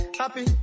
happy